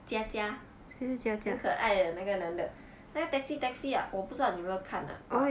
佳佳很可爱的那个人的那个 taxi taxi ah 我不知道你有没有看 lah but 吧